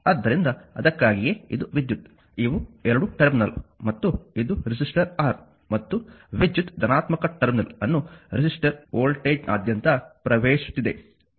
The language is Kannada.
ಆದ್ದರಿಂದ ಅದಕ್ಕಾಗಿಯೇ ಇದು ವಿದ್ಯುತ್ ಇವು 2 ಟರ್ಮಿನಲ್ ಮತ್ತು ಇದು ರೆಸಿಸ್ಟರ್ R ಮತ್ತು ವಿದ್ಯುತ್ ಧನಾತ್ಮಕ ಟರ್ಮಿನಲ್ ಅನ್ನು ರೆಸಿಸ್ಟರ್ ವೋಲ್ಟೇಜ್ನಾದ್ಯಂತ ಪ್ರವೇಶಿಸುತ್ತಿದೆ v